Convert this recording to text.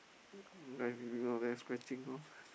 that is scratchings lor